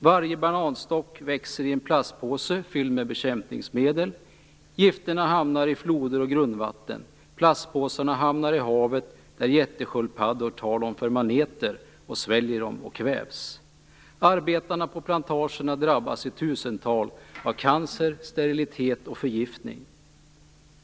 Varje bananstock växer i en plastpåse fylld med bekämpningsmedel. Gifterna hamnar i floder och grundvatten. Plastpåsarna hamnar i havet där jättesköldpaddor tar dem för maneter, sväljer dem och kvävs. Arbetarna på plantagerna drabbas i tusental av cancer, sterilitet och förgiftning.